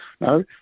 No